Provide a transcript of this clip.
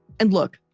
and look,